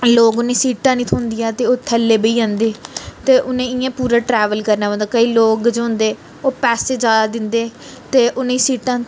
लोग उ'नेंगी सीटां नी थ्होंदियां ते ओह् थल्लै बेही जंदे ते उ'नेंगी इ'यां पूरा ट्रैवल करना पौंदा केईं लोग जो होंदे ओह् पैसे ज्यादा दिंदे ते उ'नेंगी सीटां